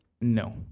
No